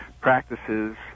practices